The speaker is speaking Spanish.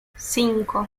cinco